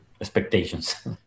expectations